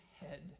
head